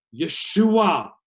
Yeshua